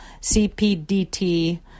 CPDT